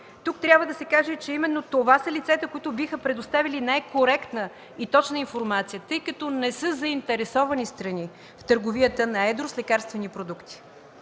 Тук трябва да каже, че именно това са лицата, които биха предоставили най-коректна и точна информация, тъй като не са заинтересовани страни в търговията на едро с лекарствени продукти.